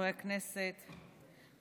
חברי הכנסת,